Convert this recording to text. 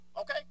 Okay